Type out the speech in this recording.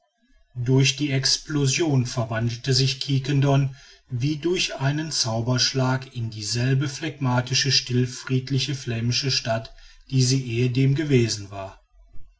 durch die explosion verwandelte sich quiquendone wie durch einen zauberschlag in dieselbe phlegmatische stillfriedliche flämische stadt die sie ehedem gewesen war